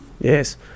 Yes